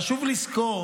חשוב לזכור